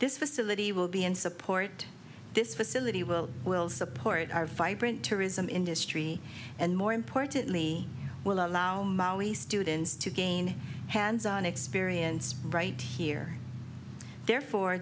this facility will be and support this facility will will support our vibrant tourism industry and more importantly will allow students to gain hands on experience right here therefore